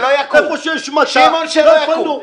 איפה שיש מטע, לא יפנו.